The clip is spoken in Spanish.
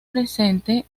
presente